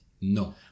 no